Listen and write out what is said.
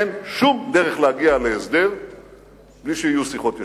אין שום דרך להגיע להסדר בלי שיהיו שיחות ישירות.